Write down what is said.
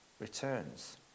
returns